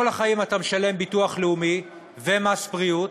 החיים אתה משלם ביטוח לאומי ומס בריאות,